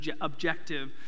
objective